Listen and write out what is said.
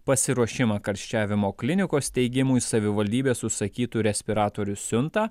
pasiruošimą karščiavimo klinikos steigimui savivaldybės užsakytų respiratorių siuntą